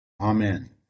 amen